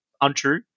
untrue